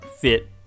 fit